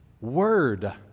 Word